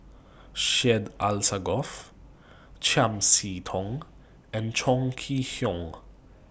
Syed Alsagoff Chiam See Tong and Chong Kee Hiong